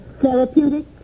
Therapeutic